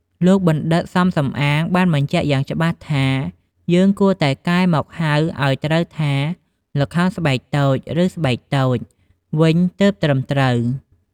លោកបណ្ឌិត សំ សំអាង បានបញ្ជាក់យ៉ាងច្បាស់ថា យើងគួរតែកែមកហៅឱ្យត្រូវថា “ល្ខោនស្បែកតូច ឬ ស្បែកតូច” វិញទើបត្រឹមត្រូវ ។